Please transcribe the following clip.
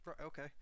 Okay